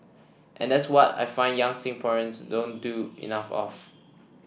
and that's what I find young Singaporeans don't do enough of